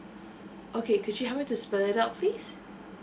okay could you help me to spell it out please